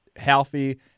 healthy